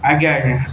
ଆଜ୍ଞା ଆଜ୍ଞା